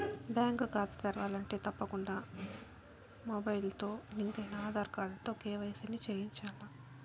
bank కాతా తెరవాలంటే తప్పకుండా మొబయిల్తో లింకయిన ఆదార్ కార్డుతో కేవైసీని చేయించాల్ల